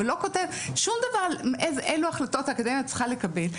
אבל לא כותב שום דבר על אלו החלטות צריכה האקדמיה צריכה לקבל,